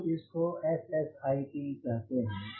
हम इसको SSIP कहते हैं